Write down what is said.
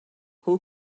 who